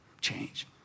change